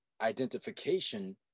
identification